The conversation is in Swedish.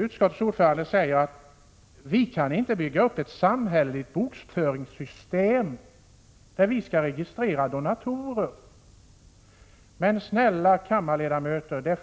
Utskottets ordförande säger att vi inte kan bygga upp ett samhälleligt bokföringssystem där vi skall registrera donatorer. Men, snälla kammarledamöter,